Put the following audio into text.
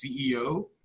CEO